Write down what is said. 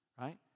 right